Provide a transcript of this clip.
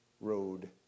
road